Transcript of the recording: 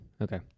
Okay